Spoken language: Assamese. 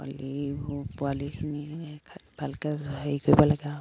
পোৱালি পোৱালিখিনি ভালকে হেৰি কৰিব লাগে আৰু